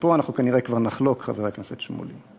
ופה אנחנו כנראה כבר נחלוק, חבר הכנסת שמולי.